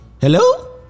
Hello